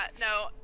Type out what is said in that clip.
no